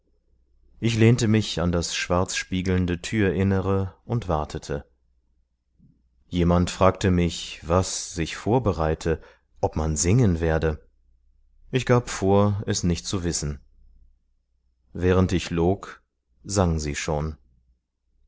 ich lehnte mich an das schwarzspiegelnde türinnere und wartete jemand fragte mich was sich vorbereite ob man singen werde ich gab vor es nicht zu wissen während ich log sang sie schon